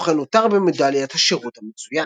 כמו כן עוטר במדליית השירות המצוין.